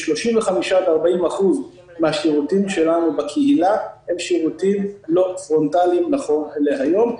כ-35% 40% מן השירותים שלנו בקהילה הם שירותים לא פרונטליים נכון להיום.